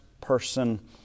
person